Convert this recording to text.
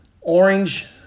orange